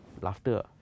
laughter